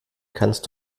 kannst